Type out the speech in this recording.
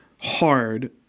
hard